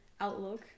outlook